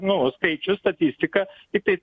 nu skaičius statistiką tiktai